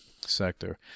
sector